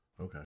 Okay